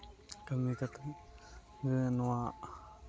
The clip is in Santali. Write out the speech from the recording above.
ᱠᱟᱹᱢᱤ ᱠᱟᱛᱮ ᱡᱮ ᱱᱚᱣᱟ